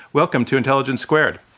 welcome to intelligence squared.